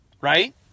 right